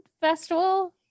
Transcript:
festival